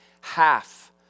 half